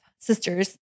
sisters